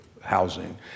housing